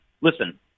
listen